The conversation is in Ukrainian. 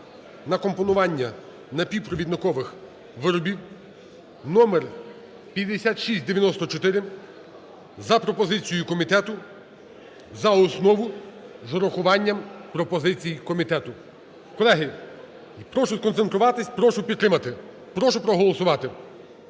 на компонування напівпровідникових виробів (номер 5694) за пропозицією комітету за основу з урахуванням пропозицій комітету. Колеги, прошу сконцентруватись, прошу підтримати. Прошу проголосувати.